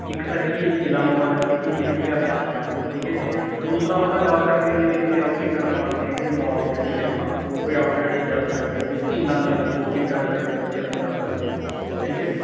ਇੱਕ ਤਾਂ ਹੈਗੀ ਹੈ ਜੀ ਕਿਲ੍ਹਾ ਮੁਬਾਰਕ ਹੈਗੀ ਜਿਹੜੀ ਇਤਿਹਾਸਿਕ ਥਾਂ ਹੈ ਠੀਕ ਹੈ ਜੀ ਦੂਸਰਾ ਆਪਾਂ ਜਾ ਸਕਦੇ ਹਾਂ ਜਿਵੇਂ ਇੱਥੇ ਆਊਟਿੰਗ ਕਰਨ ਵਾਸਤੇ ਹੈਗੇ ਆ ਮੋਲ ਹੈਗੇ ਆ ਹੈ ਨਾ ਕੋਈ ਆਊਟਲਟਸ 'ਚ ਜਾ ਸਕਦੇ ਹਾਂ ਕੋਈ ਝੀਲਾਂ ਨੇ ਉੱਥੇ ਵੋਟਿੰਗ ਕਰ ਸਕਦੇ ਹਾਂ ਬੱਚਿਆਂ ਨੂੰ ਕਰਾ ਸਕਦੇ ਹਾਂ ਠੀਕ ਹੈ ਜੀ